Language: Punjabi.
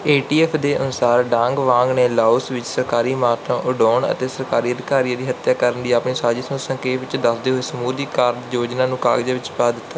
ਏ ਟੀ ਐੱਫ ਦੇ ਅਨੁਸਾਰ ਡਾਂਗ ਵਾਂਗ ਨੇ ਲਾਓਸ ਵਿੱਚ ਸਰਕਾਰੀ ਇਮਾਰਤਾਂ ਉਡਾਉਣ ਅਤੇ ਸਰਕਾਰੀ ਅਧਿਕਾਰੀਆਂ ਦੀ ਹੱਤਿਆ ਕਰਨ ਦੀ ਆਪਣੀ ਸਾਜਿਸ਼ ਨੂੰ ਸੰਖੇਪ ਵਿੱਚ ਦੱਸਦੇ ਹੋਏ ਸਮੂਹ ਦੀ ਕਾਰਜ ਯੋਜਨਾ ਨੂੰ ਕਾਗਜ਼ਾਂ ਵਿੱਚ ਪਾ ਦਿੱਤਾ